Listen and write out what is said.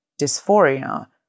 dysphoria